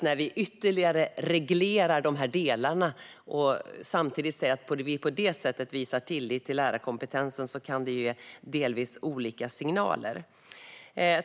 När vi ytterligare reglerar de här delarna och samtidigt säger att vi på det sättet visar tillit till lärarkompetensen kan det nämligen ge delvis olika signaler.